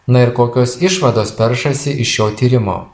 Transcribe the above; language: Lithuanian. na ir kokios išvados peršasi iš šio tyrimo